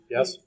Yes